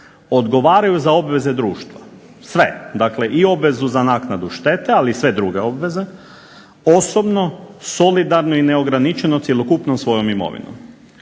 odgovaraju za obveze društva, sve, dakle i obvezu za naknadu štete, ali i sve druge obveze, osobno solidarno i neograničeno cjelokupnom svojom imovinom.